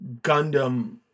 Gundam